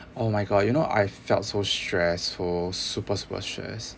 oh my god you know I felt so stressful super super stress